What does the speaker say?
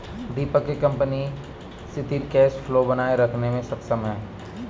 दीपक के कंपनी सिथिर cash flow बनाए रखने मे सक्षम है